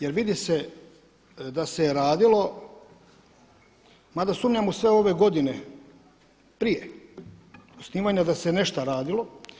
Jer vidi se da se je radilo, mada sumnjam u sve ove godine prije osnivanja da se nešto radilo.